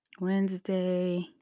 Wednesday